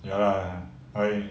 ya lah I